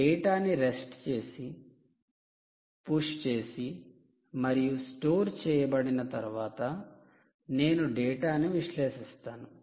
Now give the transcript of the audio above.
డేటాని రెస్ట్ చేసి పుష్ చేసి మరియు స్టోర్ చేయబడిన తర్వాత నేను డేటాను విశ్లేషిస్తాను